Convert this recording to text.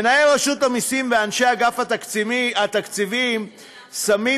מנהל רשות המסים ואנשי אגף התקציבים שמים